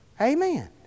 Amen